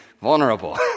vulnerable